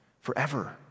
forever